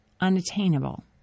unattainable